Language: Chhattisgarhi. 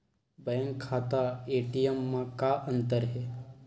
बैंक खाता ए.टी.एम मा का अंतर हे?